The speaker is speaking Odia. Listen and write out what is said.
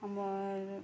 ଆମର୍